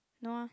no ah